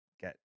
get